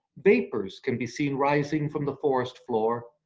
vapors can be seen rising from the forest floor,